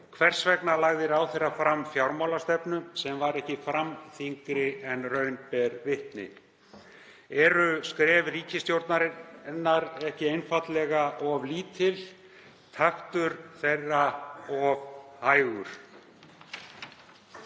Hvers vegna lagði ráðherra fram fjármálastefnu sem var ekki framþyngri en raun ber vitni? Eru skref ríkisstjórnarinnar einfaldlega ekki of lítil, taktur þeirra of hægur?